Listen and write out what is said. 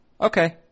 Okay